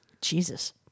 Jesus